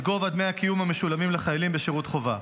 גובה דמי הקיום המשולמים לחיילים בשירות חובה,